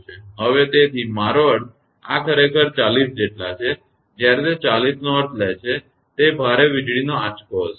હવે તેથી મારો અર્થ આ ખરેખર 40 જેટલા છે જ્યારે તે 40 નો અર્થ લે છે તે ભારે વીજળીનો આંચકો હશે